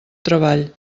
treball